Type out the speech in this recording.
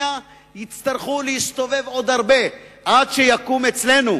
בריטניה יצטרכו להסתובב עוד הרבה עד שיקום אצלנו